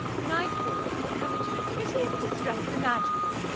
when i thought we were coming to the prettiest distress imaginable,